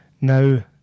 Now